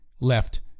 left